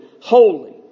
holy